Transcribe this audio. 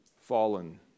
fallen